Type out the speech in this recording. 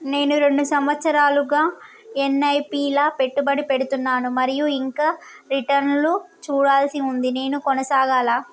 నేను రెండు సంవత్సరాలుగా ల ఎస్.ఐ.పి లా పెట్టుబడి పెడుతున్నాను మరియు ఇంకా రిటర్న్ లు చూడాల్సి ఉంది నేను కొనసాగాలా?